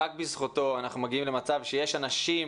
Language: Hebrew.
רק בזכותו אנחנו מגיעים למצב שיש אנשים